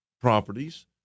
properties